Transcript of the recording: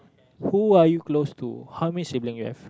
who are you close to how many sibling you have